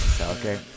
okay